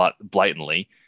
blatantly